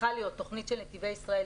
צריכה להיות תוכנית של נתיבי ישראל,